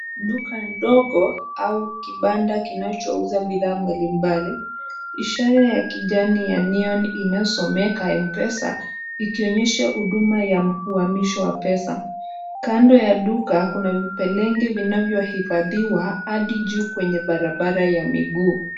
Duka ndogo au kibanda kinachouza bidhaa mbalimbali, ishara ya kijani ya neoni inayosomeka Mpesa ikionyesha huduma ya uhamisho wa pesa, kando ya duka kuna vipelenge vinavyohifadhiwa hadi juu kwenye barabara ya mguu.